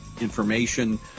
information